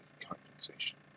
compensation